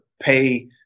pay